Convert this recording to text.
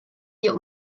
wir